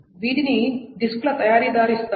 వీటిని డిస్కుల తయారీదారు ఇస్తారు